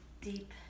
deep